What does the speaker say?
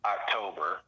October